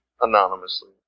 anonymously